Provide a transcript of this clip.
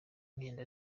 mwenda